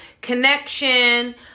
connection